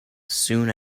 soon